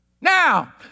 Now